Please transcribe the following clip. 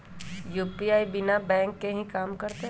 UPI बिना bank के भी कम करतै?